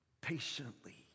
patiently